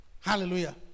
Hallelujah